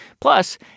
Plus